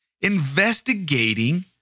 investigating